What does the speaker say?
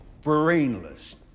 brainless